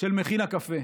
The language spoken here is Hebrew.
של מכין הקפה.